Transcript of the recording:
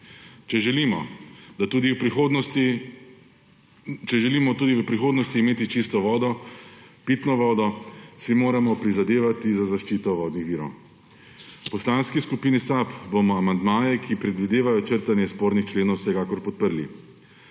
Če želimo tudi v prihodnosti imeti čisto vodo, pitno vodo, si moramo prizadevati za zaščito vodnih virov. V Poslanski skupini SAB bomo amandmaje, ki predvidevajo črtanje spornih členov, vsekakor podprli.